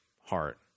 heart